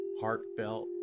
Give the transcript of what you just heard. heartfelt